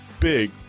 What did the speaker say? Big